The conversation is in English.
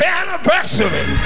anniversary